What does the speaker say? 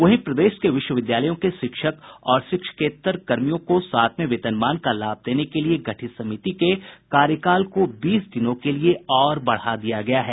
वहीं प्रदेश के विश्वविद्यालयों के शिक्षक और शिक्षकेत्तरकर्मियों को सातवें वेतनमान का लाभ देने के लिए गठित समिति के कार्यकाल को बीस दिनों के लिए और बढ़ा दिया गया है